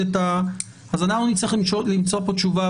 אז אנחנו נצטרך למצוא פה תשובה.